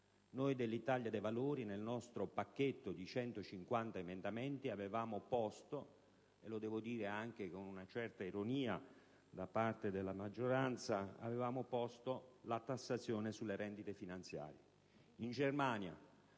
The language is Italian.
noi dell'Italia dei Valori, nel nostro pacchetto di 150 emendamenti, avevamo proposto - riscontrando, lo devo dire, anche una certa ironia da parte della maggioranza - la tassazione sulle rendite finanziarie.